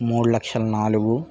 మూడు లక్షల నాలుగు